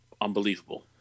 Unbelievable